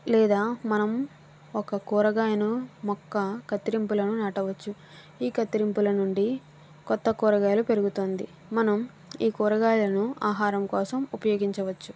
లేదా మనం ఒక కూరగాయను మొక్క కత్తిరింపులను నాటవచ్చు ఈ కత్తిరింపుల నుండి కొత్త కూరగాయలు పెరుగుతుంది మనం ఈ కూరగాయలను ఆహారం కోసం ఉపయోగించవచ్చు